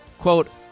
quote